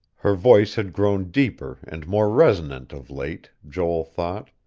her voice had grown deeper and more resonant of late, joel thought.